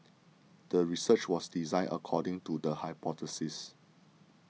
the research was designed according to the hypothesis